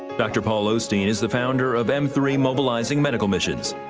dr. paul osteen is the founder of m three mobilizing medical missions.